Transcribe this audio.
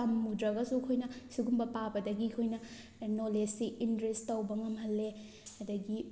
ꯇꯝꯃꯨꯗ꯭ꯔꯒꯁꯨ ꯑꯩꯈꯣꯏꯅ ꯁꯤꯒꯨꯝꯕ ꯄꯥꯕꯗꯒꯤ ꯑꯩꯈꯣꯏꯅ ꯑꯦꯛꯅꯣꯂꯦꯖꯁꯤ ꯏꯟꯔꯤꯁ ꯇꯧꯕ ꯉꯝꯍꯜꯂꯦ ꯑꯗꯒꯤ